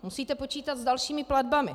Musíte počítat s dalšími platbami.